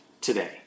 today